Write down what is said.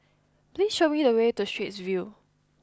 please show me the way to Straits View